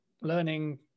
learning